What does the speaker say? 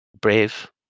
brave